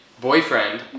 boyfriend